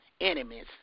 Enemies